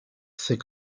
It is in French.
c’est